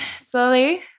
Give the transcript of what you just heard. slowly